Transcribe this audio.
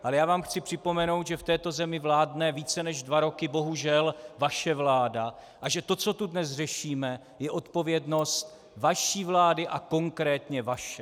Ale já vám chci připomenout, že v této zemi vládne bohužel více než dva roky vaše vláda a že to, co tu dnes řešíme, je odpovědnost vaší vlády a konkrétně vaše.